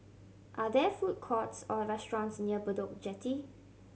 are there food courts or restaurants near Bedok Jetty